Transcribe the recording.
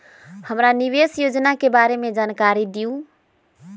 हमरा निवेस योजना के बारे में जानकारी दीउ?